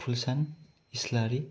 Phulchand Islary